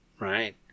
Right